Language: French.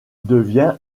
devient